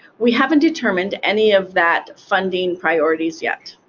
we haven't determined any of that funding priorities yet.